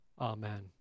Amen